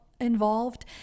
involved